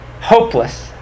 hopeless